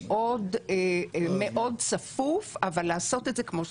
מאוד צפוף אבל לעשות את זה כמו שצריך.